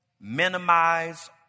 minimize